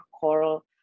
coral